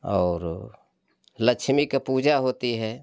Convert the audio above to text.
और लक्ष्मी के पूजा होती है